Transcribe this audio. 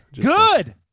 Good